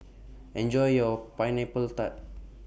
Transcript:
Enjoy your Pineapples Tart